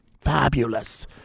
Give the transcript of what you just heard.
Fabulous